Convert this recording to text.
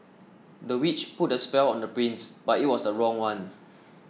the witch put a spell on the prince but it was the wrong one